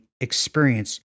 experience